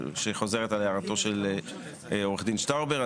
שחוזרת על הערתו של עורך דין שטאובר.